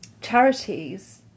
charities